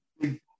Big